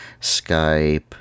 Skype